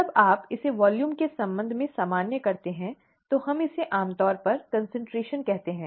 जब आप इसे वॉल्यूम के संबंध में सामान्य करते हैं तो हम इसे आमतौर पर कॉन्सन्ट्रेशन कहते हैं